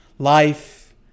Life